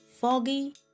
foggy